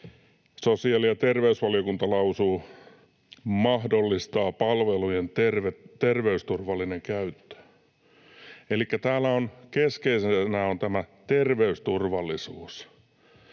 Sosiaali- ja terveysvaliokunta lausuu: ”mahdollistaa palvelujen terveysturvallinen käyttö”. Elikkä täällä on keskeisenä tämä terveysturvallisuus.